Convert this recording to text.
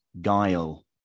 guile